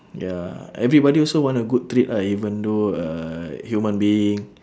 ya everybody also want a good treat right even though uh human being